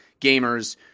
gamers